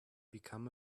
become